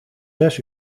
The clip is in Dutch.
zes